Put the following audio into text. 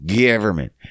government